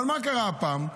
אבל מה קרה הפעם?